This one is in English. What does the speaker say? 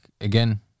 again